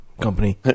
company